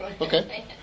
Okay